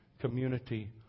community